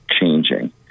changing